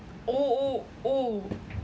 oh oh oh